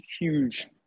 huge